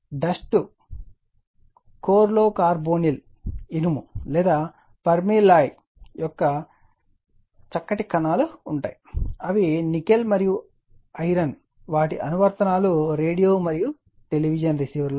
dust కోర్లో carbonyl ఇనుము లేదా పెర్మల్లాయ్ యొక్క చక్కటి కణాలు ఉంటాయి అవి నికెల్ మరియు ఐరన్ వాటి అనువర్తనాలు రేడియో మరియు టెలివిజన్ రిసీవర్లు